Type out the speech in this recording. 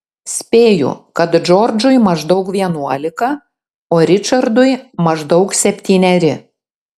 spėju kad džordžui maždaug vienuolika o ričardui maždaug septyneri